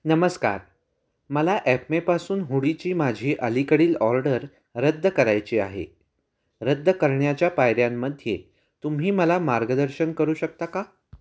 नमस्कार मला ॲपमेपासून हुडीची माझी अलीकडील ऑर्डर रद्द करायची आहे रद्द करण्याच्या पायऱ्यांमध्ये तुम्ही मला मार्गदर्शन करू शकता का